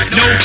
no